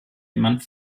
jemand